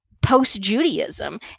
post-Judaism